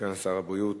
סגן שר הבריאות,